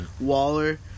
Waller